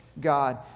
God